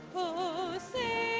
o say